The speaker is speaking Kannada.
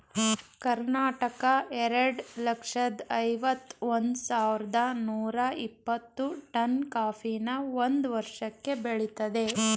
ಕರ್ನಾಟಕ ಎರಡ್ ಲಕ್ಷ್ದ ಐವತ್ ಒಂದ್ ಸಾವಿರ್ದ ಐನೂರ ಇಪ್ಪತ್ತು ಟನ್ ಕಾಫಿನ ಒಂದ್ ವರ್ಷಕ್ಕೆ ಬೆಳಿತದೆ